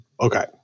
okay